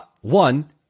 One